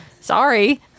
Sorry